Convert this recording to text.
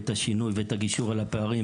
את השינוי ואת הגישור על הפערים.